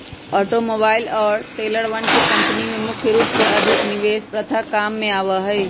automobile और ट्रेलरवन के कम्पनी में मुख्य रूप से अधिक निवेश प्रथा काम में आवा हई